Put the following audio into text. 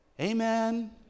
Amen